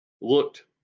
Looked